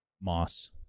Moss